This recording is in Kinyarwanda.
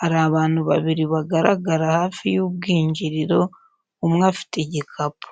Hari abantu babiri bagaragara hafi y’ubwinjiriro, umwe afite igikapu.